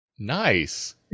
Nice